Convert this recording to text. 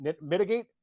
mitigate